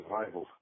survival